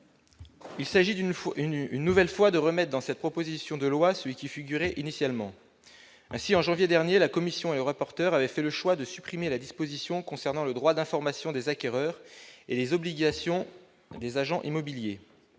Il s'agit une nouvelle fois de rétablir dans cette proposition de loi un dispositif qui y figurait initialement. Ainsi, en janvier dernier, la commission et le rapporteur avaient choisi de supprimer la disposition concernant le droit d'information des acquéreurs et les obligations des agents immobiliers.